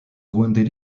wounded